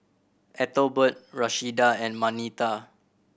Ethelbert Rashida and Marnita